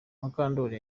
mukandori